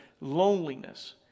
loneliness